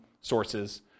sources